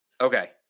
Okay